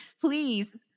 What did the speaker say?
Please